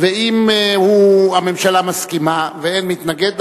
ואם הממשלה מסכימה ואין מתנגד,